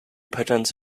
patterns